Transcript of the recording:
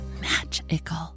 magical